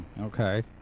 Okay